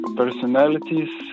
personalities